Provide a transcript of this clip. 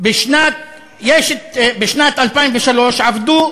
בשנת 2003 עבדו